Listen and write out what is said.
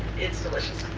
it's delicious.